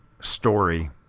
story